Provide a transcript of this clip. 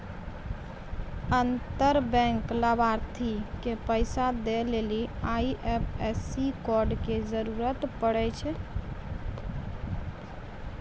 अंतर बैंक लाभार्थी के पैसा दै लेली आई.एफ.एस.सी कोड के जरूरत पड़ै छै